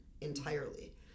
entirely